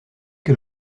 que